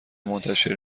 منتشر